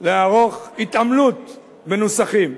לערוך התעמלות בנוסחים.